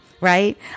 right